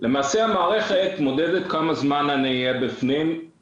ולמעשה המערכת מודדת כמה זמן אני אהיה בפנים.